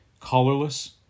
colorless